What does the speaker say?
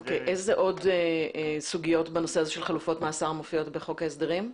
איזה עוד סוגיות בנושא הזה של חלופות מאסר מופיעות בחוק ההסדרים?